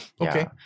Okay